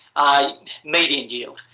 median yield.